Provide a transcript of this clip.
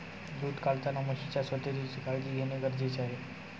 दूध काढताना म्हशीच्या स्वच्छतेची काळजी घेणे गरजेचे आहे